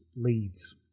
leads